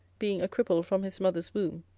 being a cripple from his mother's womb,